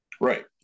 Right